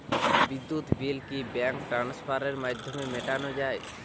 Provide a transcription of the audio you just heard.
বিদ্যুৎ বিল কি ব্যাঙ্ক ট্রান্সফারের মাধ্যমে মেটানো য়ায়?